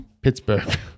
Pittsburgh